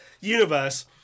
universe